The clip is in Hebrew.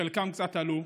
חלקם, קצת, עלו,